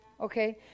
Okay